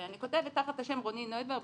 ואני כותבת תחת השם רוני נויבר,